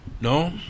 No